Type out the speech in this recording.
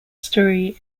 story